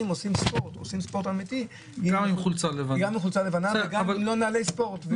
עושים ספורט גם עם חולצה לבנה וגם לא עם נעלי ספורט.